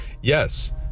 yes